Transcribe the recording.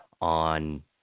on